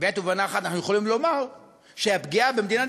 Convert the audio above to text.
שבעת ובעונה אחת אנחנו יכולים לומר שהפגיעה במדינת